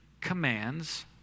commands